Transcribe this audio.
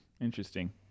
Interesting